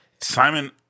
Simon –